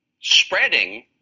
spreading